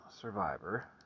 survivor